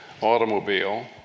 automobile